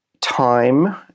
time